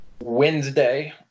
Wednesday